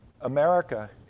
America